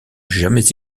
jamais